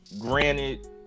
granted